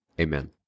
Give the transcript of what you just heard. Amen